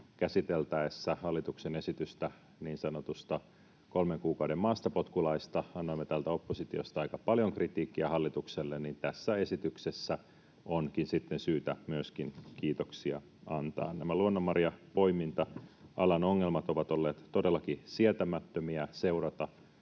käsitellystä hallituksen esityksestä niin sanotusta kolmen kuukauden maastapotkulaista annoimme täältä oppositiosta aika paljon kritiikkiä hallitukselle, niin tässä esityksessä onkin sitten syytä myöskin kiitoksia antaa. Nämä luonnonmarjanpoiminta-alan ongelmat ovat olleet todellakin sietämättömiä seurata